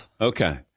Okay